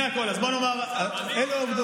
לפני הכול, אז בוא נאמר, עמית.